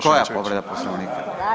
Koja povreda Poslovnika?